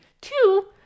Two